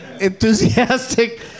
enthusiastic